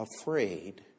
afraid